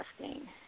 testing